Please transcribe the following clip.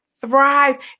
thrive